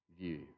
view